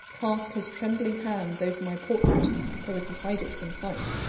clasp his trembling hands over my portrait so as to hide it from sight.